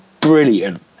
brilliant